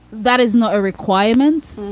that is not a requirement.